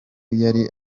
yari